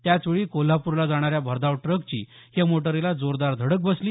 त्याचवेळी कोल्हापूरला जाणाऱ्या भरधाव ट्रकची या मोटारीला जोरदार धडक बसली